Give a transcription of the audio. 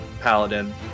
paladin